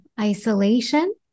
isolation